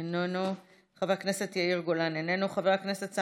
איננו, חבר הכנסת יאיר גולן, איננו.